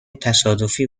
تصادفی